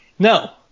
No